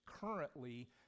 currently